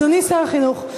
אדוני שר החינוך,